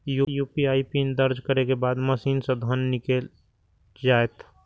UPI pin दर्ज करै के बाद मशीन सं धन निकैल जायत